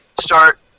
start